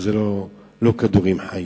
שזה לא כדורים חיים?